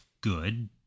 good